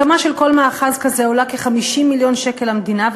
הקמה של כל מאחז כזה עולה כ-50 מיליון שקל למדינה,